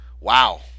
Wow